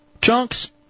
Chunks